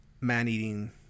man-eating